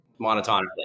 monotonically